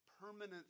permanent